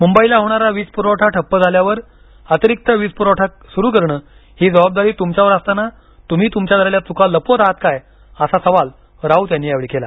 मुंबईला होणारा वीज पुरवठा ठप्प झाल्यावर अतिरिक्त वीज पुरवठा करणं ही जबाबदारी तुमच्यावर असताना तुम्ही तुमच्या झालेल्या चूका लपवत आहात काय असा सवाल राऊत यांनी यावेळी केला